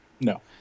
No